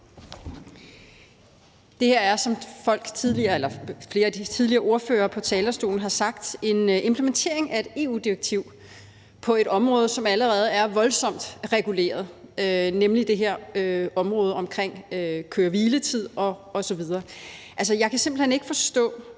Det her er, som flere af de tidligere ordførere på talerstolen har sagt, en implementering af et EU-direktiv på et område, som allerede er voldsomt reguleret, nemlig det her område omkring køre-hvile-tid osv. Jeg kan simpelt hen ikke forstå